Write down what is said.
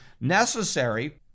necessary